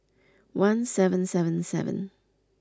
one seven seven seven